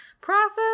process